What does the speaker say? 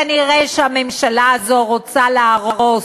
כנראה הממשלה הזו רוצה להרוס,